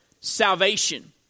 salvation